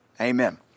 Amen